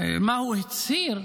מה הוא הצהיר.